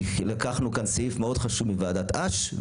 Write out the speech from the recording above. לקחנו כאן סעיף מאוד חשוב מוועדת אש.